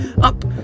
up